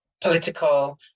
political